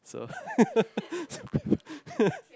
so stupid